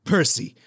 Percy